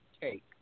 take